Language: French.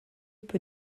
peu